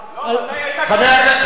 לא חבר הכנסת שאמה,